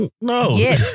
No